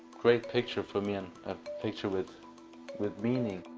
great picture for me and a picture with with meaning.